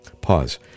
Pause